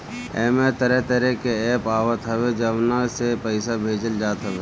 एमे तरह तरह के एप्प आवत हअ जवना से पईसा भेजल जात हवे